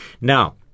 Now